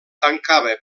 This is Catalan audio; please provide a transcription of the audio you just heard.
tancava